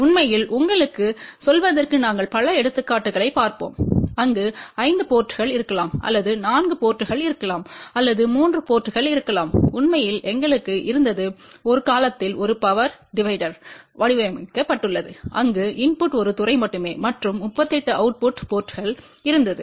உண்மையில் உங்களுக்குச் சொல்வதற்கு நாங்கள் பல எடுத்துக்காட்டுகளைப் பார்ப்போம் அங்கு 5 போர்ட்ங்கள் இருக்கலாம் அல்லது 4 போர்ட்ங்கள் இருக்கலாம் அல்லது 3 போர்ட்ங்கள் இருக்கலாம்உண்மையில் எங்களுக்கு இருந்தது ஒரு காலத்தில் ஒரு பவர் டிவிடெர் வடிவமைக்கப்பட்டுள்ளது அங்கு இன்புட் ஒரு துறை மட்டுமே மற்றும் 38 அவுட்புட் போர்ட்ங்கள் இருந்தது